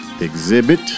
exhibit